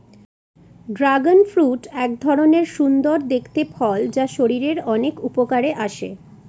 dragon fruit এক ধরনের সুন্দর দেখতে ফল যা শরীরের অনেক উপকারে আসে